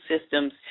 systems